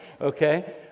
Okay